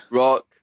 rock